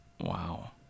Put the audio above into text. Wow